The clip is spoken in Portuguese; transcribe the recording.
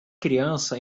criança